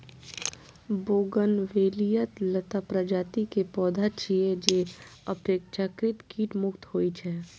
bougainvillea लता प्रजाति के पौधा छियै, जे अपेक्षाकृत कीट मुक्त होइ छै